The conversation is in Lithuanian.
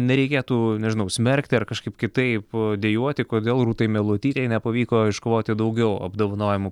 nereikėtų nežinau smerkti ar kažkaip kitaip dejuoti kodėl rūtai meilutytei nepavyko iškovoti daugiau apdovanojimų